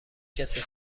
کسی